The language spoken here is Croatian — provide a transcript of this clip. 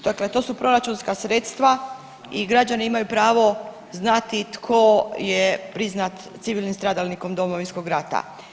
Dakle to su proračunska sredstva i građani imaju pravo znati tko je priznat civilnim stradalnikom Domovinskog rata.